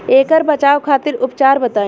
ऐकर बचाव खातिर उपचार बताई?